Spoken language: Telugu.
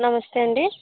నమస్తే అండీ